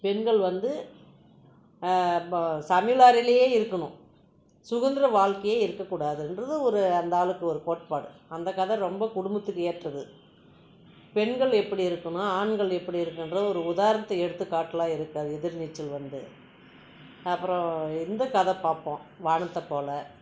பெண்கள் வந்து இப்ப சமையலறையிலே இருக்கணும் சுதந்திர வாழ்க்கையே இருக்க கூடாதுன்ற ஒரு அந்த ஆளுக்கு கோட்பாடு அந்த கதை ரொம்ப குடும்பத்துக்கு ஏற்றது பெண்கள் எப்படி இருக்கணும் ஆண்கள் எப்படி இருக்கணுன்ற ஒரு உதாரணத்தை எடுத்துக்காட்டெலாம் இருக்குது எதிர்நீச்சல் வந்து அப்புறம் இந்த கதை பார்ப்போம் வானத்தைப்போல